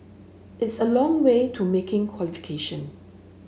it's a long way to making qualification